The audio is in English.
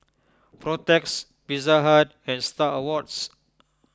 Protex Pizza Hut and Star Awards